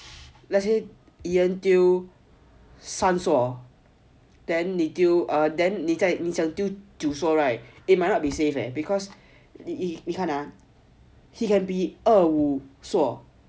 let's say ian 丢三所 then 你丢你想丢九所 right it might not be safe and because 你看 ah he might be 二五所